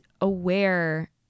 aware